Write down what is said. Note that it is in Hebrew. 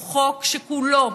הוא חוק שכולו,